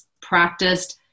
practiced